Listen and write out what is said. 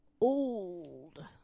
old